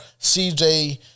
CJ